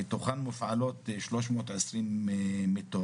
מתוכם מופעלות שלוש מאות עשרים מיטות,